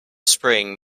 spring